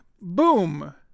boom